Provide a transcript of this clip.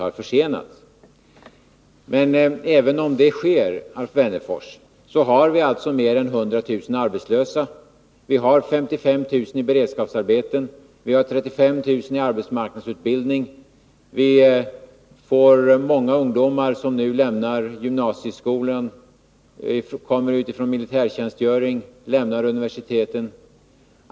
Även om det blir en konjunkturförbättring har vi emellertid, Alf Wennerfors, mer än 100 000 arbetslösa, 55 000 i beredskapsarbeten och 35 000 i arbetsmarknadsutbildning. Många ungdomar lämnar vidare gymnasiesko lan, kommer ut från militärtjänstgöring eller lämnar universiteten.